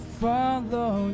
follow